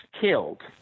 killed